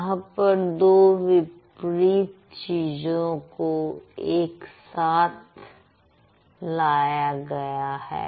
यहां पर दो विपरीत चीजों को एक साथ लाया गया है